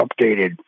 updated